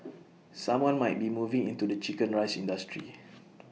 someone might be moving into the Chicken Rice industry